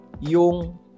yung